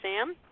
Sam